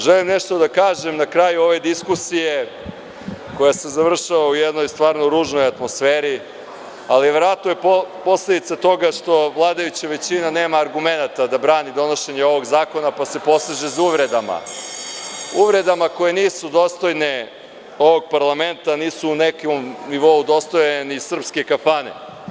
Želim nešto da kažem na kraju ove diskusije koja se završava u jednoj stvarno ružnoj atmosferi, ali verovatno je posledica toga što vladajuća većina nema argumenata da brani donošenje ovog zakona, pa se poseže za uvredama koje nisu dostojne ovog parlamenta, a nisu u nekom nivou dostojne ni srpske kafane.